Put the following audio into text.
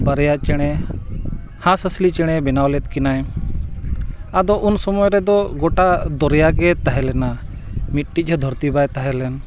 ᱵᱟᱨᱭᱟ ᱪᱮᱬᱮ ᱦᱟᱸᱥ ᱦᱟᱸᱥᱞᱤ ᱪᱮᱬᱮᱭ ᱵᱮᱱᱟᱣ ᱞᱮᱫ ᱠᱤᱱᱟᱹᱭ ᱟᱫᱚ ᱩᱱ ᱥᱚᱢᱚᱭ ᱨᱮᱫᱚ ᱜᱚᱴᱟ ᱫᱚᱨᱭᱟ ᱜᱮ ᱛᱟᱦᱮᱸ ᱞᱮᱱᱟ ᱢᱤᱫᱴᱤᱡ ᱦᱚᱸ ᱫᱷᱟᱹᱨᱛᱤ ᱵᱟᱭ ᱛᱟᱦᱮᱸ ᱞᱮᱱ